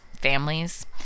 families